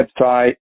website